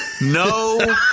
no